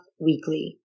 weekly